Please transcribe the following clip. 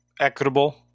equitable